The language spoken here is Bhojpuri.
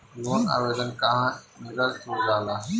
लोन आवेदन काहे नीरस्त हो जाला?